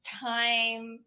time